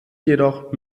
jedoch